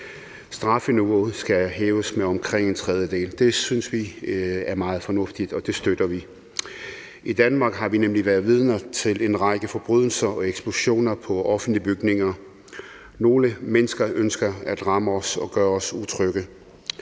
Strafniveauet skal hæves med omkring en tredjedel. Det synes vi er meget fornuftigt, og det støtter vi. I Danmark har vi nemlig været vidner til en række forbrydelser og eksplosioner i forbindelse med offentlige bygninger. Nogle mennesker ønsker at ramme os og gøre os utrygge.